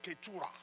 Keturah